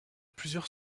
plusieurs